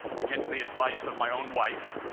against the advice of my own wife,